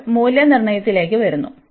ഇപ്പോൾ മൂല്യനിർണ്ണയത്തിലേക്ക് വരുന്നു